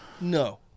No